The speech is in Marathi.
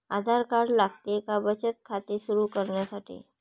आधार कार्ड लागते का बचत खाते सुरू करण्यासाठी?